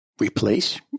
replace